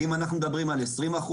אם אנחנו מדברים על 20%,